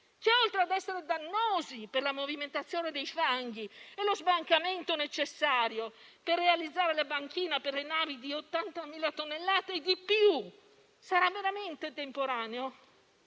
Nord, sono dannosi per la movimentazione dei fanghi. Lo sbancamento necessario per realizzare la banchina per le navi di 80.000 tonnellate e più sarà veramente temporaneo?